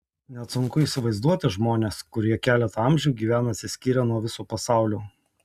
net sunku įsivaizduoti žmones kurie keletą amžių gyvena atsiskyrę nuo viso pasaulio